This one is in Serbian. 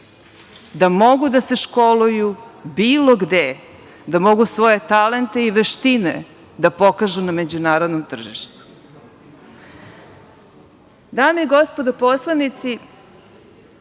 da mogu da se školuju bilo gde, da mogu svoje talente i veštine da pokažu na međunarodnom tržištu. Dame i gospodo poslanici,